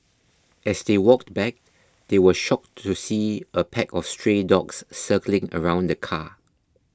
as they walked back they were shocked to see a pack of stray dogs circling around the car